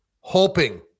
hoping